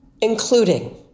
including